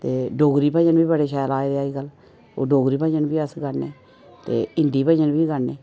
ते डोगरी भजन बी बड़े शैल आए दे अज्ज कल ओह् डोगरी भजन बी अस गान्ने ते हिंदी भजन बी गान्ने